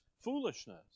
foolishness